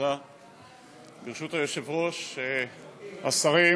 מרדכי יוגב (הבית